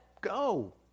go